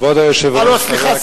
כבוד היושב-ראש,